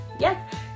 Yes